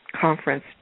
conference